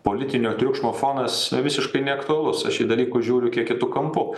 politinio triukšmo fonas visiškai neaktualus aš į dalykus žiūriu kiek kitu kampu